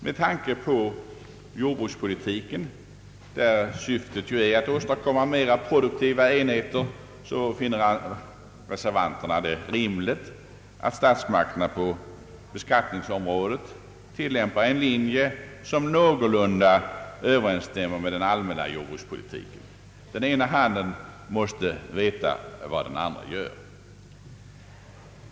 Med tanke på jordbrukspolitiken, där syftet ju är att åstadkomma mera produktiva enheter, finner reservanterna det rimligt att statsmakterna på beskattningsområdet tillämpar en linje som någorlunda överensstämmer med den allmänna jordbrukspolitiken. Den ena handen måste veta vad den andra gör.